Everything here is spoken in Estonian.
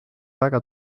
väga